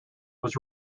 was